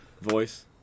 Voice